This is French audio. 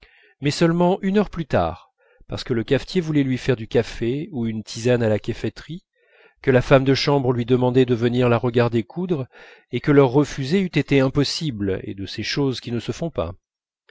mais seulement une heure plus tard parce que le cafetier voulait lui faire du café ou une tisane à la caféterie que la femme de chambre lui demandait de venir la regarder coudre et que leur refuser eût été impossible et de ces choses qui ne se font pas